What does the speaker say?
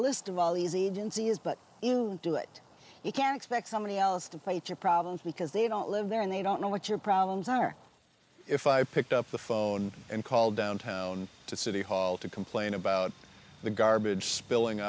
list of all these agencies but you do it you can expect somebody else to fight your problems because they don't live there and they don't know what your problems are if i picked up the phone and called downtown to city hall to complain about the garbage spilling